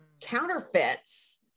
counterfeits